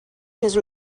his